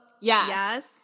Yes